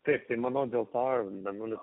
taip tai manau dėl to mėnulis